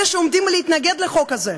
אלה שעומדים להתנגד לחוק הזה,